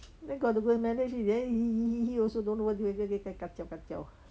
then got to go and manage it then he he he he he also don't know do anything everyday kacau kacau